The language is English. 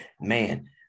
Man